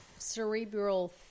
Cerebral